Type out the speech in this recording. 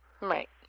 right